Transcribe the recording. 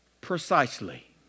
precisely